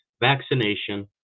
vaccination